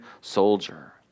soldier